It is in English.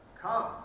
Come